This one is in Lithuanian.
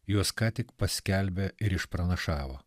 juos ką tik paskelbė ir išpranašavo